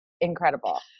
incredible